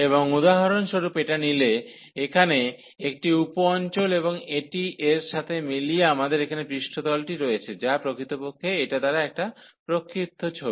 এবং উদাহরণস্বরূপ এটা নিলে এখানে একটি উপ অঞ্চল এবং এটি এর সাথে মিলিয়ে আমাদের এখানে পৃষ্ঠতলটি রয়েছে যা প্রকৃতপক্ষে এটা দ্বারা একটা প্রক্ষিপ্ত ছবি